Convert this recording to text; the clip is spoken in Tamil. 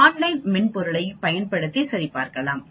ஆன்லைன் மென்பொருளையும் பயன்படுத்தி சரிபார்க்கலாம்